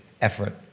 effort